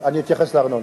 אני אתייחס לארנונה.